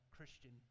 Christian